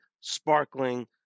sparkling